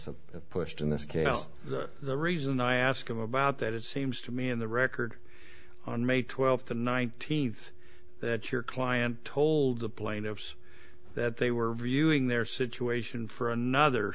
have pushed in this case the reason i asked him about that it seems to me in the record on may twelfth the nineteenth that your client told the plaintiffs that they were reviewing their situation for another